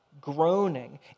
groaning